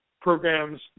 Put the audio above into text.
programs